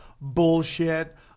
bullshit